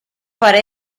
para